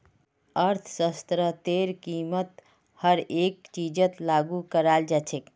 अर्थशास्त्रतेर कीमत हर एक चीजत लागू कराल जा छेक